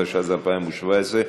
התשע"ז 2017,